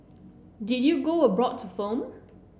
did you go abroad to film